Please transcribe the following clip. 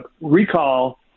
recall